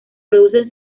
producen